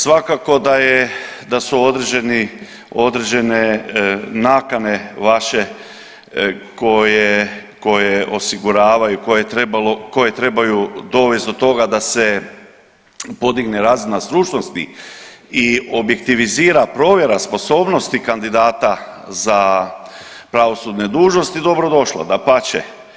Svakako da je, da su određeni, određene nakane vaše koje, koje osiguravaju, koje je trebalo, koje trebaju dovest do toga da se podigne razina stručnosti i objektivizira provjera sposobnosti kandidata za pravosudne dužnosti dobro došla, dapače.